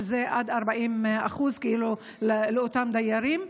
שזה עד 40% כאילו לאותם דיירים.